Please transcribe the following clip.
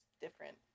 different